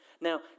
Now